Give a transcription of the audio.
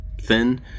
thin